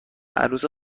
عروس